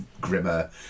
grimmer